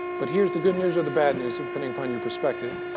but here's the good news or the bad news, depending upon your perspective.